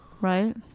Right